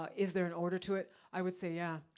ah is there in order to it? i would say, yeah.